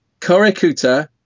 korekuta